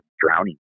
drowning